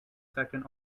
second